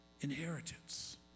inheritance